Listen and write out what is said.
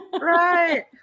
Right